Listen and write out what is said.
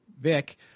vic